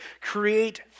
create